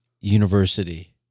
University